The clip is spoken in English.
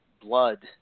blood